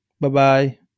Bye-bye